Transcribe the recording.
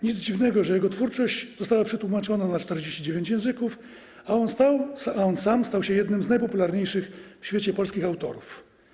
Nic dziwnego, że jego twórczość została przetłumaczona na 49 języków, a on sam stał się jednym z najpopularniejszych w świecie polskich autorów.